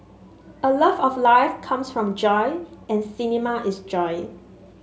a love of life comes from joy and cinema is joy